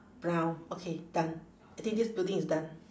brown okay done I think this building is done